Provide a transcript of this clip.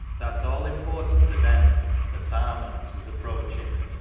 that all-important event the sarmons was approaching.